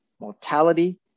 mortality